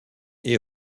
est